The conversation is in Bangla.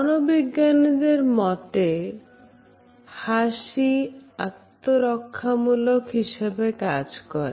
মনোবিজ্ঞানীদের মতে হাসি আত্মরক্ষামূলক হিসেবে কাজ করে